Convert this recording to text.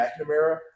McNamara